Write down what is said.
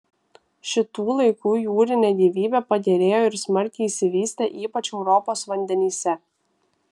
šitų laikų jūrinė gyvybė pagerėjo ir smarkiai išsivystė ypač europos vandenyse